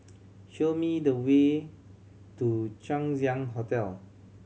show me the way to Chang Ziang Hotel